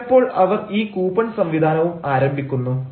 ചിലപ്പോൾ അവർ ഈ കൂപ്പൺ സംവിധാനവും ആരംഭിക്കുന്നു